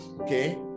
okay